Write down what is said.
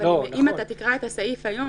אבל אם אתה תקרא את הסעיף היום,